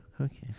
Okay